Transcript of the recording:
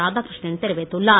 இராதாகிருஷ்ணன் தெரிவித்துள்ளார்